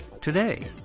Today